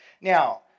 Now